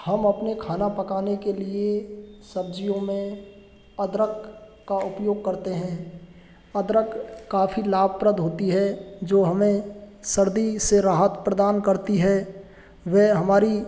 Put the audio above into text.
हम अपने खाना पकाने के लिए सब्ज़ियों में अदरक का उपयोग करते हैं अदरक काफ़ी लाभप्रद होती है जो हमें सर्दी से राहत प्रदान करती है वे हमारी